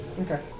Okay